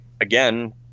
again